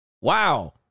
Wow